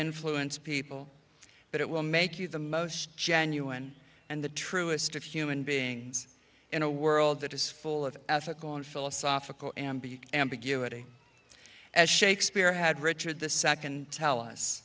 influence people but it will make you the most genuine and the truest of human beings in a world that is full of ethical and philosophical amby ambiguity as shakespeare had richard the second tell us